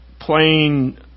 playing